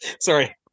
sorry